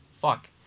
Fuck